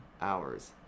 hours